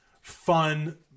fun